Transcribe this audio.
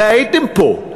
הרי הייתם פה.